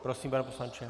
Prosím, pane poslanče.